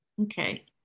Okay